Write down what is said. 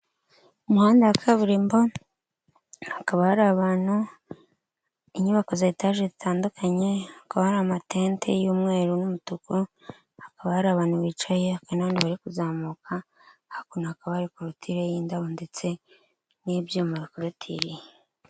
Umuhanda wa kaburimbo, hakaba hari abantu, inyubako za etaje zitandukanye, hakaba hari amatente y'umweru n'umutuku, hakaba hari abantu bicaye hakaba n'abandi bari kuzamuka, hakuno hakaba hari korutire y'indabo ndetse n'ibyuma bakorutiriye.